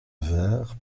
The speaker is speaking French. vers